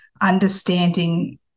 understanding